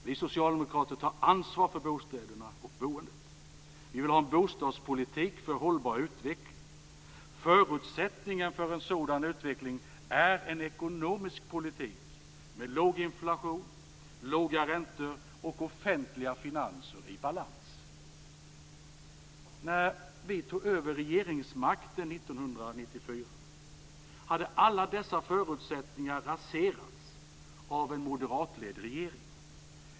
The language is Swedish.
Vi socialdemokrater tar ansvar för bostäderna och boendet. Vi vill ha en bostadspolitik för hållbar utveckling. Förutsättningen för en sådan utveckling är en ekonomisk politik med låg inflation, låga räntor och offentliga finanser i balans. När vi tog över regeringsmakten 1994 hade alla dessa förutsättningar raserats av en moderatledd regering.